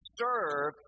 serve